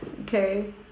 Okay